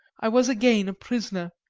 i was again a prisoner,